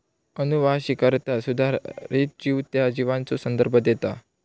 अनुवांशिकरित्या सुधारित जीव त्या जीवाचो संदर्भ देता